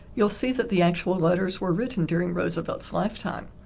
you'll see that the actual letters were written during roosevelt's lifetime.